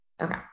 Okay